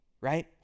right